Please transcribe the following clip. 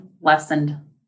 lessened